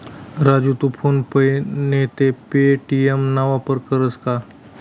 राजू तू PhonePe नैते Paytm ना वापर करस का?